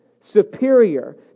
superior